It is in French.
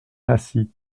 nasie